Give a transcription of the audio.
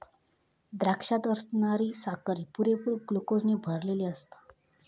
द्राक्षात असणारी साखर ही पुरेपूर ग्लुकोजने भरलली आसता